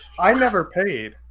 i never paid,